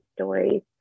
stories